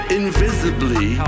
invisibly